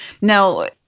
Now